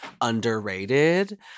underrated